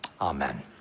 amen